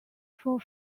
for